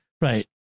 Right